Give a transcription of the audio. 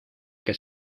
que